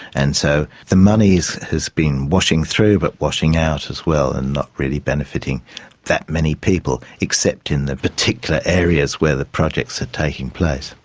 and so the money has been washing through but washing out as well and not really benefiting that many people except in the particular areas where the projects are taking place.